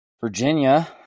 Virginia